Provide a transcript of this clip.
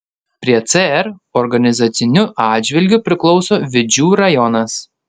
prie cr organizaciniu atžvilgiu priklauso vidžių rajonas